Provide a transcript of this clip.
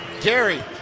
gary